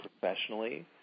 professionally